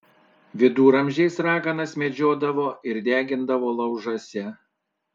viduramžiais raganas medžiodavo ir degindavo laužuose